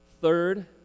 third